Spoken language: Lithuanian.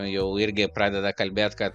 jau irgi pradeda kalbėt kad